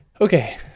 okay